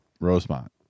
Rosemont